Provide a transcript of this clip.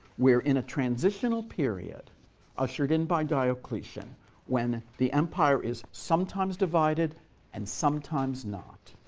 we're in a transitional period ushered in by diocletian when the empire is sometimes divided and sometimes not.